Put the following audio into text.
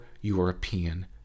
European